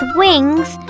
wings